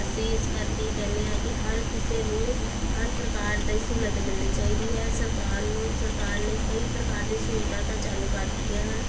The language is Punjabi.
ਅਸੀਂ ਇਸ ਕਰਕੇ ਕਹਿੰਦੇ ਹਾਂ ਕਿ ਹਰ ਕਿਸੇ ਨੂੰ ਹਰ ਪ੍ਰਕਾਰ ਦੀ ਸਹੂਲਤ ਮਿਲਣੀ ਚਾਹੀਦੀ ਹੈ ਸਰਕਾਰ ਨੂੰ ਸਰਕਾਰ ਨੇ ਕਈ ਪ੍ਰਕਾਰ ਦੀ ਸਹੂਲਤਾਂ ਤਾਂ ਚਾਲੂ ਕਰ ਦਿੱਤੀਆਂ ਹਨ